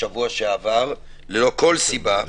בשבוע שעבר, ללא כל סיבה.